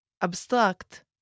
Abstract